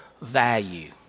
value